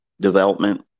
development